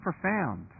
profound